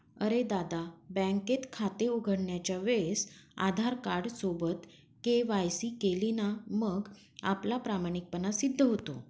अरे दादा, बँकेत खाते उघडण्याच्या वेळेस आधार कार्ड सोबत के.वाय.सी केली ना मग आपला प्रामाणिकपणा सिद्ध होतो